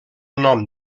nom